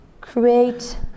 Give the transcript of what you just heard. create